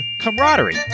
camaraderie